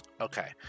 Okay